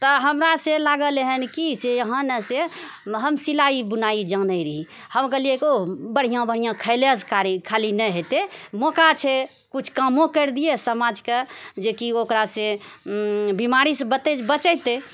तऽ हमरासँ लागल एहन कि से हँ नहि से हम सिलाइ बुनाइ जानै रहि हम गेलिऐ कहु बढ़िआँ बढ़िआँ खाइलेसँ खालि नहि हैतै मौका छै किछु कामो करि दिऐ समाजके जेकि ओकरासँ बिमारीसँ बते बचेतै